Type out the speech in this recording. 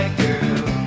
girl